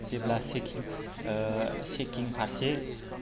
जेब्ला checking checking फारसे